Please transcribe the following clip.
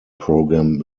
program